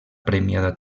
premiada